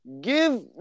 Give